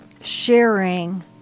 sharing